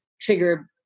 trigger